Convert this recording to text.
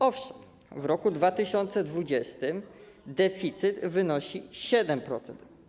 Owszem, w roku 2020 deficyt wynosił 7%.